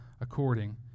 according